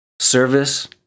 service